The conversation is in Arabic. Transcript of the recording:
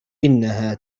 إنها